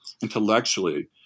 intellectually